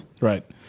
right